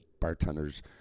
bartenders